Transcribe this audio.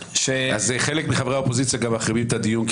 חלק מחברי האופוזיציה מחרימים את הדיון כי